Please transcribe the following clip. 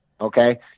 Okay